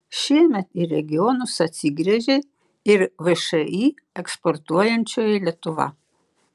šiemet į regionus atsigręžė ir všį eksportuojančioji lietuva